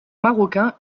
marocain